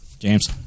James